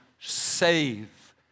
save